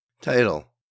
Title